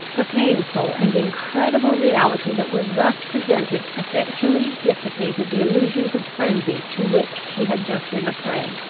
the painful and incredible reality that was thus presented effectually dissipated the illusions of frenzy to which she had just been a prey.